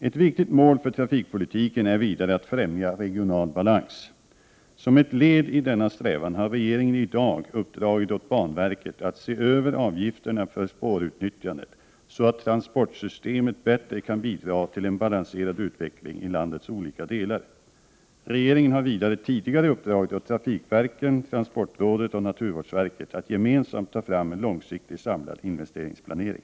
Ett viktigt mål för trafikpolitiken är vidare att främja regional balans. Som ett led i denna strävan har regeringen i dag uppdragit åt banverket att se över avgifterna för spårutnyttjandet så att transportsystemet bättre kan bidra till en balanserad utveckling i landets olika delar. Regeringen har vidare tidigare uppdragit åt trafikverken, transportrådet och naturvårdsverket att gemensamt ta fram en långsiktig samlad investeringsplanering.